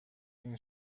این